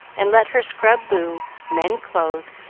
and let her scrub boo, mend clothes,